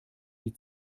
die